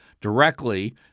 directly